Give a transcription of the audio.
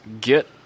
Get